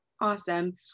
Awesome